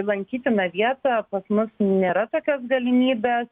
lankytiną vietą pas mus nėra tokios galimybės